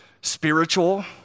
spiritual